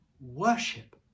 worship